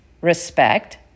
respect